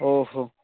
ଓହୋ